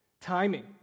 Timing